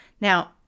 Now